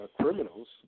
criminals